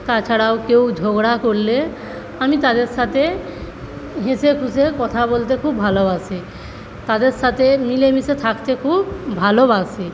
তাছাড়াও কেউ ঝগড়া করলে আমি তাদের সাথে হেসে খুশে কথা বলতে খুব ভালোবাসি তাদের সাথে মিলে মিশে থাকতে খুব ভালোবাসি